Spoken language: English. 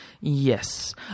Yes